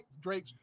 Drake